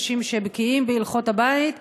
אנשים שבקיאים בהלכות הבית,